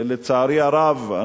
לצערי הרב,